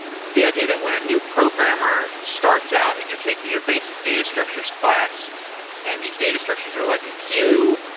the idea that when a new programmer starts out and you're taking your basic data structures class and these data structures are like a queue,